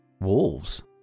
Wolves